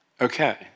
Okay